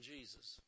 Jesus